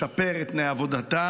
לשפר את תנאי עבודתם.